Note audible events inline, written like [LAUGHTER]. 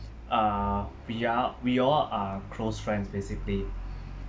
uh we are we all are close friends basically [BREATH]